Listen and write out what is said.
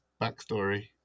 backstory